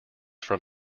from